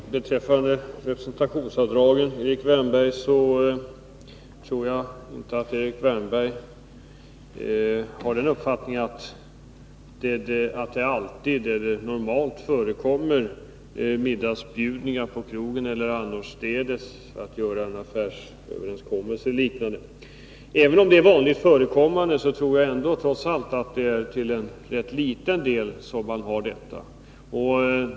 Herr talman! Beträffande representationsavdragen, Erik Wärnberg, tror jaginte att Erik Wärnberg har den uppfattningen att det alltid eller normalt förekommer middagsbjudningar på krogen eller annorstädes för att göra en affärsöverenskommelse eller liknande. Även om det är vanligt förekommande tror jag ändå att det är till en ganska liten del som detta är fallet.